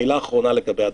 המילה האחרונה לגבי הדרכון.